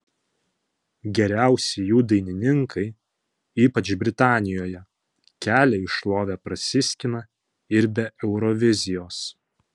geriausi jų dainininkai ypač britanijoje kelią į šlovę prasiskina ir be eurovizijos